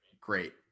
Great